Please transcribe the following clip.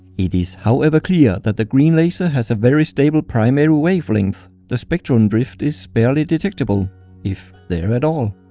it is however clear, that the green laser has a very stable, primary wavelength. the spectrum drift is barely detectable if there at all.